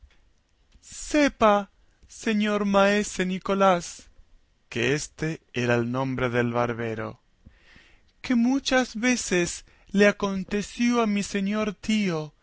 sepa señor maese nicolás que éste era el nombre del barbero que muchas veces le aconteció a mi señor tío